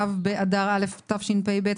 ו' באדר א' התשפ"ב.